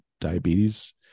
diabetes